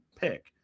pick